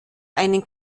einen